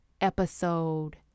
episode